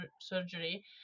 surgery